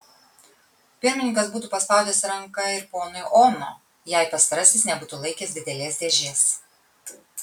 pirmininkas būtų paspaudęs ranką ir ponui ono jei pastarasis nebūtų laikęs didelės dėžės